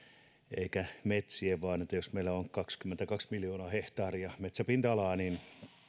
eikä metsien eli jos meillä on kaksikymmentäkaksi miljoonaa hehtaaria metsäpinta alaa niin